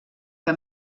que